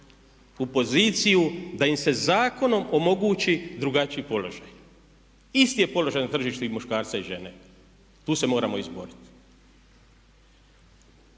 u poziciju da im se zakonom omogući drugačiji položaj. Isti je položaj na tržištu i muškarca i žene. Tu se moramo izboriti.